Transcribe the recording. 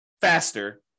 faster